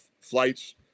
flights